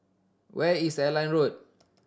where is Airline Road